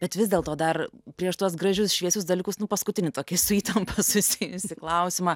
bet vis dėlto dar prieš tuos gražius šviesius dalykus nu paskutinį tokį su įtampa susijusį klausimą